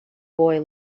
boy